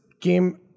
came